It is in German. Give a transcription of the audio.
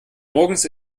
morgens